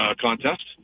contest